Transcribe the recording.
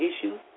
issues